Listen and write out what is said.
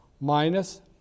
minus